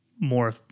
more